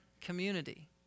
community